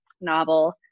novel